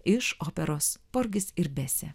iš operos porgis ir besė